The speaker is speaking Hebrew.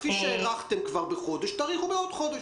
כפי שהארכתם בחודש, כך תאריכו עכשיו בעוד חודש.